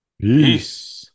Peace